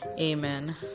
Amen